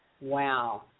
Wow